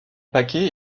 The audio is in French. paquets